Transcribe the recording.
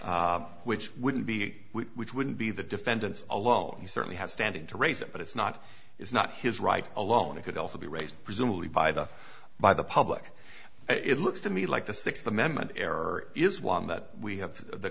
which would be we wouldn't be the defendants alone you certainly have standing to raise it but it's not it's not his right alone it could also be raised presumably by the by the public it looks to me like the sixth amendment error is one that we have the